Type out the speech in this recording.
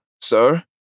sir